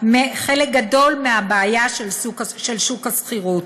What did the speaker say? גדול בבעיה של שוק השכירות.